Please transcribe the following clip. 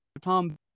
Tom